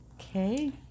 Okay